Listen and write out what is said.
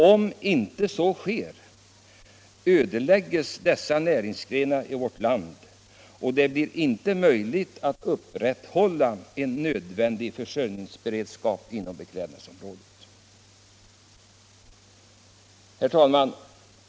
Om inte så sker ödelägges dessa näringsgrenar i vårt land, och det blir inte möjligt att upprätthålla en nödvändig försörjningsberedskap inom beklädnadsområdet.